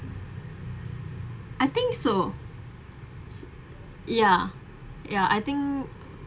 I think so ya ya I think